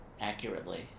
accurately